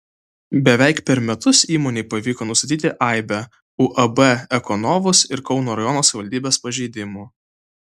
beveik per metus įmonei pavyko nustatyti aibę uab ekonovus ir kauno rajono savivaldybės pažeidimų